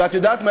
ואת יודעת מה?